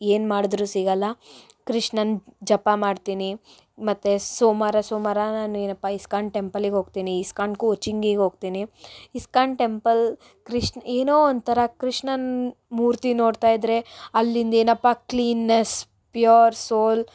ಏನ್ ಮಾಡಿದ್ರೂ ಸಿಗಲ್ಲ ಕೃಷ್ಣನ ಜಪ ಮಾಡ್ತೀನಿ ಮತ್ತು ಸೋಮವಾರ ಸೋಮವಾರ ನಾನು ಏನಪ್ಪ ಇಸ್ಕಾನ್ ಟೆಂಪಲಿಗೆ ಹೋಗ್ತೀನಿ ಇಸ್ಕಾನ್ಗೂ ಹೋಗ್ತೀನಿ ಇಸ್ಕಾನ್ ಟೆಂಪಲ್ ಕೃಷ್ಣ ಏನೋ ಒಂಥರ ಕೃಷ್ಣನ ಮೂರ್ತಿ ನೋಡ್ತಾ ಇದ್ದರೆ ಅಲ್ಲಿಂದೇನಪ್ಪ ಕ್ಲೀನ್ನೆಸ್ ಪ್ಯೂರ್ ಸೋಲ್